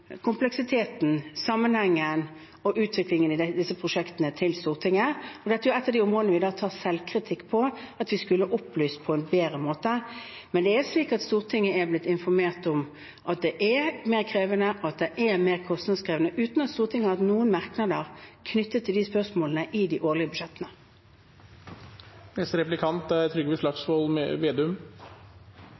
kompleksiteten, sammenhengen og utviklingen i disse prosjektene til Stortinget, og dette er jo et av de områdene vi tar selvkritikk på at vi skulle opplyst på en bedre måte. Men det er slik at Stortinget er blitt informert om at det er mer krevende, og at det er mer kostnadskrevende, uten at Stortinget har hatt noen merknader knyttet til de spørsmålene i de årlige budsjettene. Stortingsrepresentant Hans Fredrik Grøvan sa at det aldri er